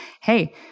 hey